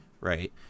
right